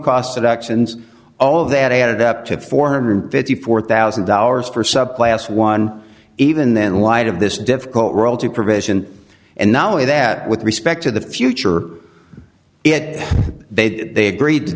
cost of actions all of that added up to four hundred and fifty four thousand dollars for subclass one even then light of this difficult role to provision and not only that with respect to the future it they they agreed to